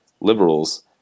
liberals